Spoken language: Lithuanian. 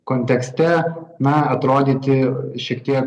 kontekste na atrodyti šiek tiek